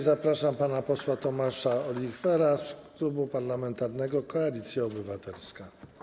Zapraszam pana posła Tomasza Olichwera z Klubu Parlamentarnego Koalicja Obywatelska.